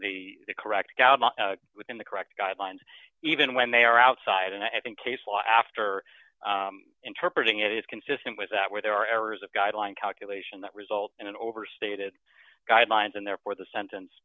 within the correct out within the correct guidelines even when they are outside and i think case law after interpret ing is consistent with that where there are errors of guideline calculation that result in an overstated guidelines and therefore the sentence